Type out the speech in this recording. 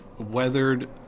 weathered